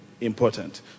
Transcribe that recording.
important